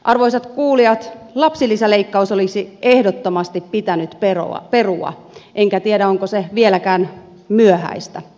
arvoisat kuulijat lapsilisäleikkaus olisi ehdottomasti pitänyt perua enkä tiedä onko se vieläkään myöhäistä